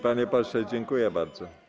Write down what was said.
Panie pośle, dziękuję bardzo.